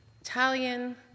Italian